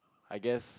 I guess